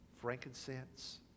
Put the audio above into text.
frankincense